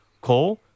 call